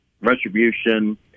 retribution